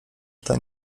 ten